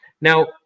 Now